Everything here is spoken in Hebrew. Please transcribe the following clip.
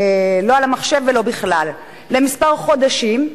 לא על המחשב ולא בכלל, לכמה חודשים.